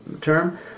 term